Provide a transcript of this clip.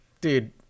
Dude